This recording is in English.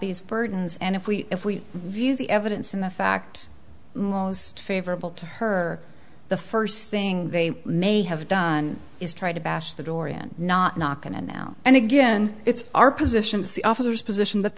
these burdens and if we if we view the evidence in the fact most favorable to her the first thing they may have done is try to bash the door in not not going in now and again it's our position as the officers position that